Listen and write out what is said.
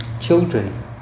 children